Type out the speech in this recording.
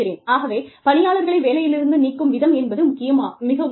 ஆகவே பணியாளர்களை வேலையிலிருந்து நீக்கும் விதம் என்பது மிக முக்கியம்